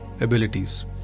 abilities